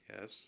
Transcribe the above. yes